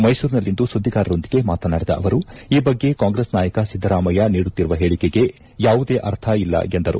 ಮೈಸೂರಿನಲ್ಲಿಂದು ಸುದ್ದಿಗಾರರೊಂದಿಗೆ ಮಾತನಾಡಿದ ಅವರು ಈ ಬಗ್ಗೆ ಕಾಂಗ್ರೆಸ್ ನಾಯಕ ಸಿದ್ದರಾಮಯ್ಯ ನೀಡುತ್ತಿರುವ ಹೇಳಿಕೆಗೆ ಯಾವುದೇ ಅರ್ಥ ಇಲ್ಲ ಎಂದರು